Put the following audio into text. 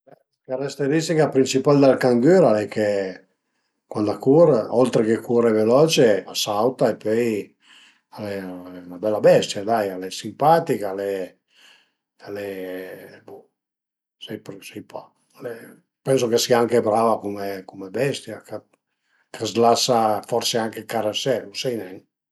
La carateristica principal del cangür al e che cuand a cur oltre che cure veloce a sauta e pöi al e 'na bela bestia, dai, al e simpatich al e al e bo, sai pa, al e, pensu ch'a sìa anche brava cume bestia, ch'a s'lasa anche forse carësé, lu sai nen